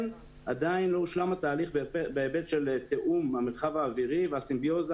עדיין לא הושלם התהליך בהיבט של תיאום המרחב האווירי והסימביוזה